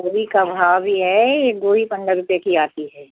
गोभी का भाव ही है यह गोभी पंद्राह रुपए की आती है